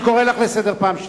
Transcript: אני